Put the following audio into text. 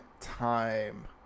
time